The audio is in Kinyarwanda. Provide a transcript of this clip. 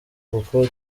kuko